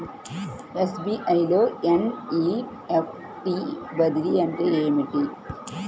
SBI లో NEFT బదిలీ అంటే ఏమిటి?